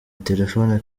telefoni